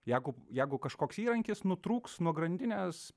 jeigu jeigu kažkoks įrankis nutrūks nuo grandinės